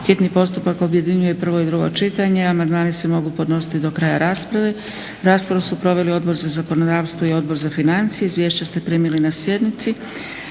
hitni postupak objedinjuje prvo i drugo čitanje. Amandmani se mogu podnositi do kraja rasprave. Raspravu su proveli Odbor za zakonodavstvo i Odbor za financije. Izvješća ste primili na sjednici.